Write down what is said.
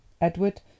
Edward